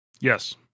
yes